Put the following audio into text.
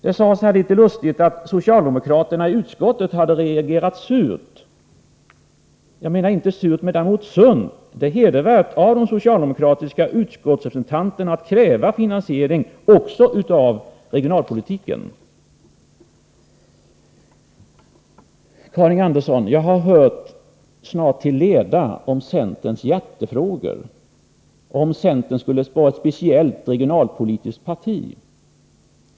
Det sades litet lustigt att socialdemokraterna i utskottet hade reagerat surt. Jag menar att de inte har reagerat surt men däremot sunt. Det är hedervärt av de socialdemokratiska utskottsrepresentanterna att kräva finansiering också av regionalpolitiken. Till Karin Andersson: Jag har hört, snart till leda, om centerns hjärtefrågor och om att centern skulle vara ett speciellt regionalpolitiskt inriktat parti.